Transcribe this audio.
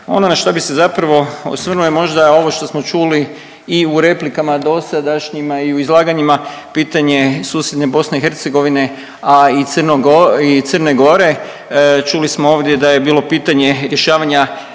Ono na šta bi se zapravo osvrnuo je možda ovo što smo čuli u replikama dosadašnjima i u izlaganjima pitanje BiH, a i Crne Gore. Čuli smo ovdje da je bilo pitanje rješavanja